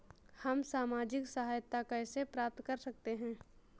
हम सामाजिक सहायता कैसे प्राप्त कर सकते हैं?